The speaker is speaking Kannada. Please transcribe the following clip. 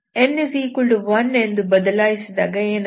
n1 ಎಂದು ಬದಲಾಯಿಸಿದಾಗ ಏನಾಗುತ್ತದೆ